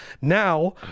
Now